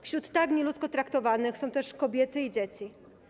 Wśród tak nieludzko traktowanych są też kobiety i dzieci.